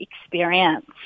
experience